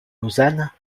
lausanne